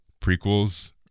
prequels